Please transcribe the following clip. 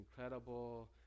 incredible